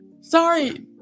Sorry